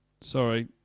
Sorry